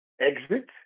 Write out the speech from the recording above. exit